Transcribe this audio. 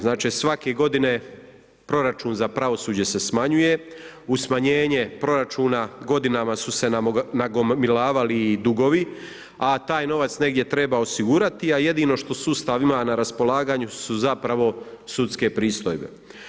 Znači svake godine proračun za pravosuđe se smanjuje, u smanjenje proračuna godinama su se nagomilavali dugovi a taj novac negdje treba osigurati a jedino što sustav ima na raspolaganju su zapravo sudske pristojbe.